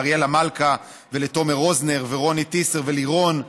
לאריאלה מלכה ולתומר רוזנר ורוני טיסר ולירון,